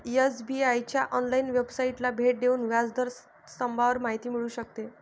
SBI च्या online वेबसाइटला भेट देऊन व्याज दर स्तंभावर माहिती मिळू शकते